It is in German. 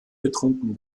getrunken